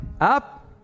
up